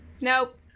Nope